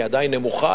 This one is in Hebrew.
היא עדיין נמוכה.